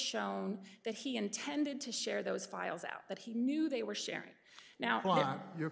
shown that he intended to share those files out that he knew they were sharing now